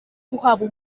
guhabwa